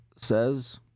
says